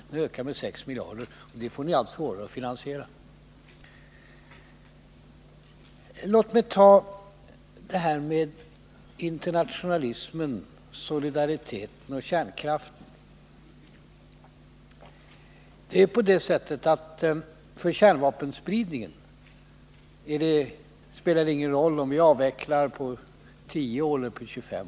Den ökar med 6 miljarder, och det är något som ni får allt svårare att finansiera. Låt mig ta upp frågan om internationalismen, solidariteten och kärnkraften. För kärnvapenspridningen spelar det ingen roll om vi avvecklar på 10 år eller på 25.